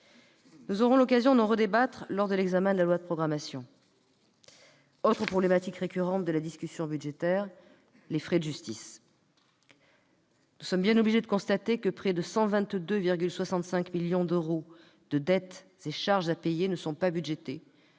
Nous aurons l'occasion d'en débattre à nouveau lors de l'examen de la loi de programmation. Autre problématique récurrente de la discussion budgétaire : les frais de justice. Force est de constater que près de 122,65 millions d'euros de dettes et charges à payer ne sont pas budgétés,